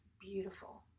beautiful